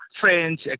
French